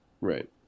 Right